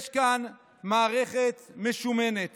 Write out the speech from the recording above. יש כאן מערכת משומנת